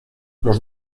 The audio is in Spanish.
los